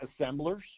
assemblers